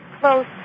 Close